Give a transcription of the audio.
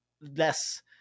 less